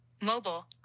Mobile